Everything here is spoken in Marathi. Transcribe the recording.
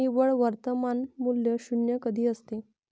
निव्वळ वर्तमान मूल्य शून्य कधी असते?